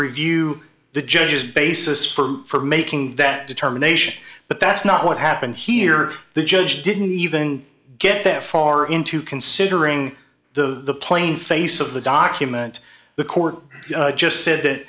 review the judge's basis for making that determination but that's not what happened here the judge didn't even get that far into considering the plain face of the document the court just said that